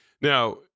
Now